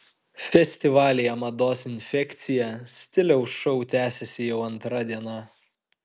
festivalyje mados infekcija stiliaus šou tęsiasi jau antrą dieną